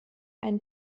ein